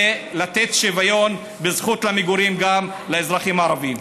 ולתת שוויון בזכות למגורים גם לאזרחים הערבים.